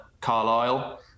Carlisle